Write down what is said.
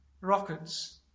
rockets